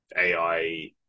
AI